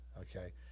okay